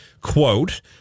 Quote